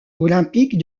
olympique